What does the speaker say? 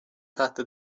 تحت